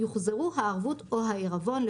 יוחזרו הערבות או העירבון,